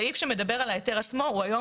הסעיף שמדבר על ההיתר עצמו הוא היום